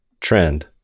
trend